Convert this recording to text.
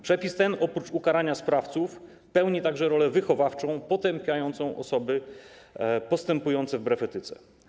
Przepis ten oprócz ukarania sprawców pełni także rolę wychowawczą potępiającą osoby postępujące wbrew etyce.